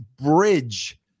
bridge